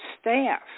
staff